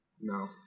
No